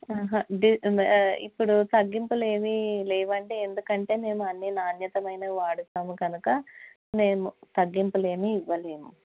హా ఇప్పుడు తగ్గింపులేమీ లేవండి ఎందుకంటే మేము అన్ని నాణ్యతమైనవి వాడుతాము కనుక మేము తగ్గింపులేమి ఇవ్వలేము